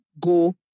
go